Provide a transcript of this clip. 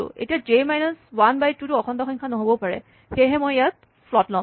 এতিয়া j minus one by two টো অখণ্ড সংখ্যা নহ'ব পাৰে সেয়ে মই ফ্ল'ট ল'ম